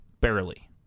Barely